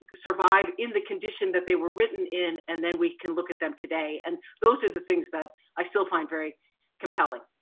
survive in the condition that they were written in, and then we can look at them today. and those are the things that i still find very compelling.